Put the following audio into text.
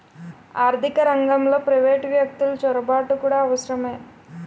ఆర్థిక రంగంలో ప్రైవేటు వ్యక్తులు చొరబాటు కూడా అవసరమే